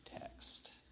text